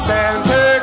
Santa